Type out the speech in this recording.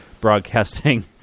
broadcasting